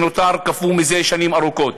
שנותר קפוא זה שנים ארוכות.